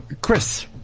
Chris